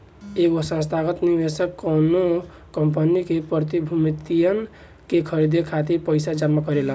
एगो संस्थागत निवेशक कौनो कंपनी के प्रतिभूतियन के खरीदे खातिर पईसा जमा करेला